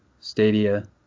Stadia